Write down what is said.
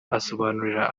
asobanurira